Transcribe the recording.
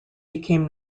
became